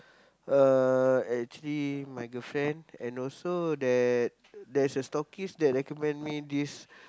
uh actually my girlfriend and also that there's a that recommend me this